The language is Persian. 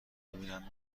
ببینم